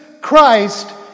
Christ